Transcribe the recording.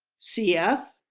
cf,